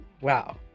Wow